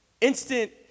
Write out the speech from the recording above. instant